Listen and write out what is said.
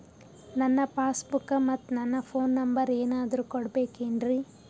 ನನ್ನ passbook ಮತ್ ನನ್ನ ಫೋನ್ ನಂಬರ್ ಏನಾದ್ರು ಕೊಡಬೇಕೆನ್ರಿ?